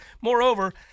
Moreover